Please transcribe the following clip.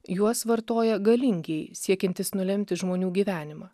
juos vartoja galingieji siekiantys nulemti žmonių gyvenimą